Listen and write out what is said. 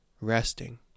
resting